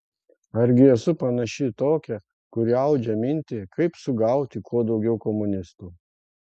argi esu panaši į tokią kuri audžia mintį kaip sugauti kuo daugiau komunistų